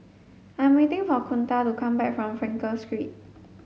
I'm waiting for Kunta to come back from Frankel Street